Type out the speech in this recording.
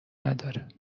نداره